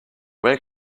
where